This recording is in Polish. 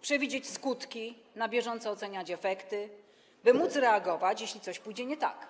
przewidzieć skutki, na bieżąco oceniać efekty, by móc reagować, jeśli coś pójdzie nie tak.